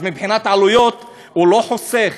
מבחינת עלויות הוא לא חוסך,